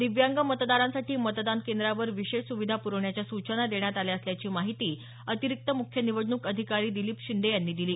दिव्यांग मतदारांसाठी मतदान केंद्रावर विशेष सुविधा प्रवण्याच्या सूचना देण्यात आल्या असल्याची माहिती अतिरिक्त मुख्य निवडणूक अधिकारी दिलीप शिंदे यांनी दिली